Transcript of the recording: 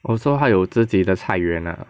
oh so 他有自己的菜园 ah